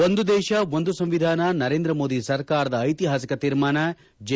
ಒಂದು ದೇಶ ಒಂದು ಸಂವಿಧಾನ ನರೇಂದ್ರ ಮೋದಿ ಸರ್ಕಾರದ ಐತಿಹಾಸಿಕ ತೀರ್ಮಾನ ಜೆ